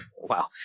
Wow